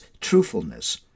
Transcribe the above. truthfulness